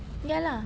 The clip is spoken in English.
ya lah